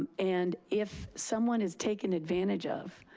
and and if someone is taken advantage of,